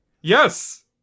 Yes